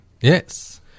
Yes